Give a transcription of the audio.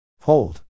Hold